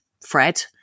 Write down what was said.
Fred